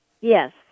Yes